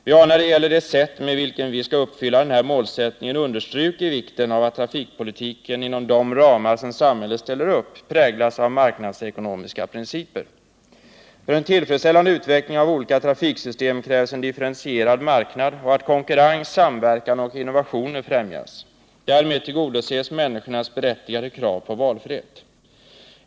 Vi har i fråga om det sätt på vilket den här målsättningen skall uppfyllas understrukit vikten av att trafikpolitiken inom de ramar som samhället ställer upp präglas av marknadsekonomiska principer. För en tillfredsställande utveckling av olika trafiksystem krävs en differentierad marknad och att konkurrens, samverkan och innovationer främjas. Därmed tillgodoses människornas berättigade krav på valfrihet.